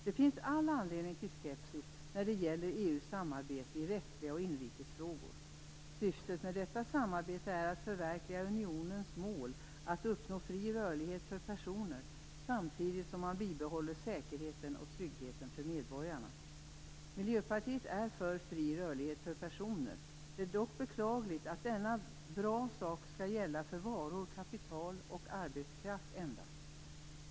Det finns all anledning till skepsis mot EU:s samarbete i rättsliga och inrikes frågor. Syftet med detta samarbete är att förverkliga unionens mål att uppnå fri rörlighet för personer samtidigt som man bibehåller säkerheten och tryggheten för medborgarna. Miljöpartiet är för fri rörlighet för personer. Det är dock beklagligt att denna endast skall gälla för varor, kapital och arbetskraft.